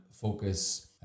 focus